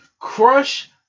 crush